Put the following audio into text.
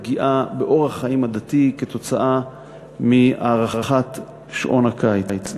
פגיעה באורח החיים הדתי בהארכת שעון הקיץ.